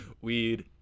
weed